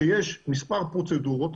שיש מספר פרוצדורות,